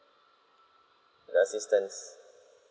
the assistant